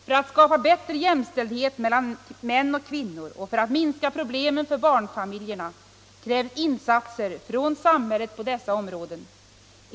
För att skapa bättre förutsättningar för jämställdhet mellan män och kvinnor och för att minska problemen för barnfamiljerna krävs insatser från samhället på dessa områden.